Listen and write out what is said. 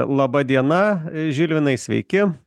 laba diena žilvinai sveiki